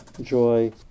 joy